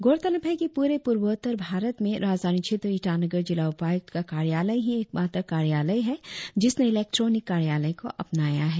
गौरतलब है कि प्ररे पूर्वोत्तर भारत में राजधानी क्षेत्र ईटानगर जिला उपायुक्त का कार्यालय ही एकमात्र कार्यालय है जिसने इलेक्ट्रॉनिक कार्यालय को अपनाया है